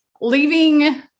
leaving